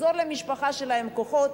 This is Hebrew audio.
לחזור למשפחה שלה עם כוחות,